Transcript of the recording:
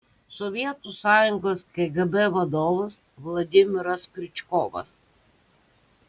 sovietų sąjungos kgb vadovas vladimiras kriučkovas